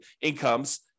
incomes